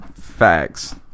Facts